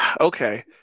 Okay